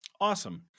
Awesome